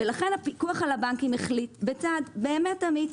לכן הפיקוח על הבנקים החליט בצעד באמת אמיץ